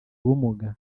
ubumuga